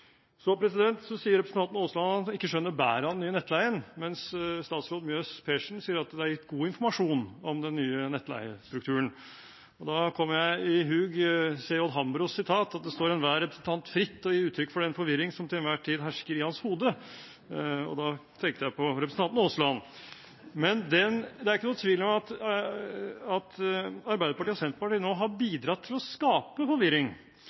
Så sier representanten Aasland at han ikke skjønner bæret av den nye nettleien, mens statsråd Mjøs Persen sier at det er gitt god informasjon om den nye nettleiestrukturen. Da kommer jeg i hug C.J. Hambros ord om at det står enhver representant fritt å gi uttrykk for den forvirring som til enhver tid hersker i hans hode. Da tenkte jeg på representanten Aasland. Det er ikke noen tvil om at Arbeiderpartiet og Senterpartiet nå har bidratt til å skape forvirring.